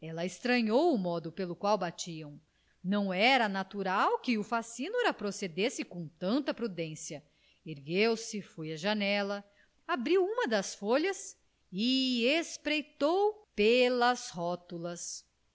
ela estranhou o modo pelo qual batiam não era natural que o facínora procedesse com tanta prudência ergueu-se foi a janela abriu uma das folhas e espreitou pelas rótulas